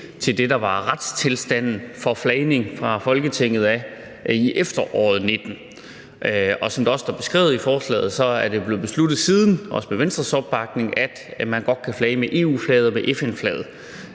til det, der var retstilstanden i forhold til flagning fra Folketinget i efteråret 2019. Og som det også står beskrevet i forslaget, er det siden blev besluttet – også med Venstres opbakning – at man godt kan flage med EU-flaget og med FN-flaget.